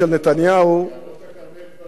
יערות הכרמל כבר נשרפו,